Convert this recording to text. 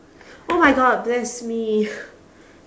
oh my god bless me